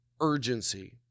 urgency